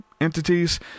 entities